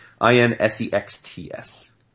I-N-S-E-X-T-S